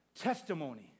testimony